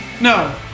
No